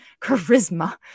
charisma